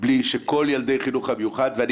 בלי שכל ילדי החינוך המיוחד ואני